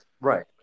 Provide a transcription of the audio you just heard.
right